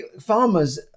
farmers